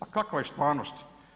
A kakva je stvarnost?